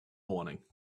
morning